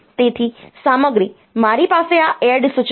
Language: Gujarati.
તેથી સામગ્રી મારી પાસે આ એડ સૂચના છે